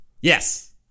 Yes